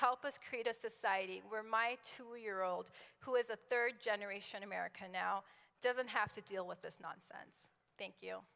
help us create a society where my two year old who is a third generation american now doesn't have to deal with this nonsense thank you